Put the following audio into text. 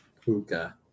Puka